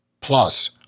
Plus